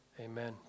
Amen